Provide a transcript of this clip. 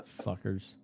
fuckers